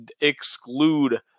exclude